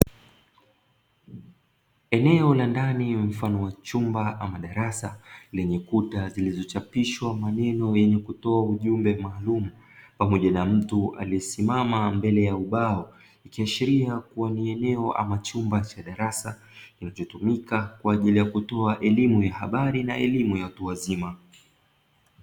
Eneo la ndani mfano wa chumba ama darasa lenye kuta zilizochapishwa maneno yenye kutoa ujumbe maalum pamoja na mtu aliyesimama mbele ya ubao, ikiashiria kuwa ni eneo ama chumba cha darasa kinachotumika kwa ajili ya kutoa elimu ya habari na elimu ya watu wazima.